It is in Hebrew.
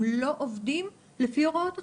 הם לא עובדים לפי הוראות החוק.